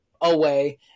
away